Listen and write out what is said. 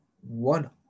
one